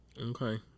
okay